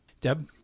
Deb